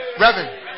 Reverend